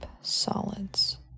solids